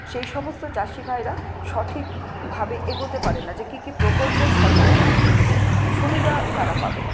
সেই সমস্ত চাষিভাইরা সঠিকভাবে এগোতে পারেনা যে কি কি প্রকল্পের সঠিক সুবিধা তারা পাবে